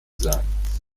sein